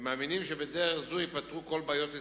הם מאמינים שבדרך זו ייפתרו כל בעיות ישראל,